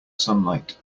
sunlight